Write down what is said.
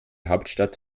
hauptstadt